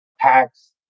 tax